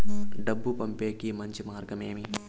డబ్బు పంపేకి మంచి మార్గం ఏమి